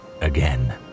again